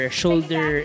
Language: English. shoulder